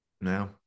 No